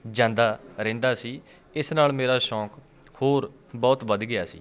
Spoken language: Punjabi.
ਜਾਂਦਾ ਰਹਿੰਦਾ ਸੀ ਇਸ ਨਾਲ ਮੇਰਾ ਸ਼ੌਕ ਹੋਰ ਬਹੁਤ ਵੱਧ ਗਿਆ ਸੀ